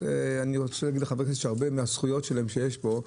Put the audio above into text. ואני רוצה להגיד לחברי הכנסת שהרבה מהזכויות שלהם שיש פה,